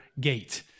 gate